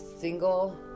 single